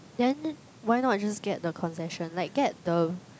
then why not just get the concession like get the